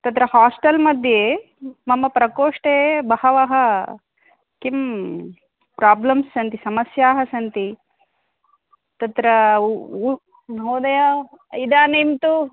तत्र हाष्टेल् मध्ये मम प्रकोष्ठे बहवः किं प्राब्लम्स् सन्ति समस्याः सन्ति तत्र महोदय इदानीं तु